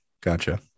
gotcha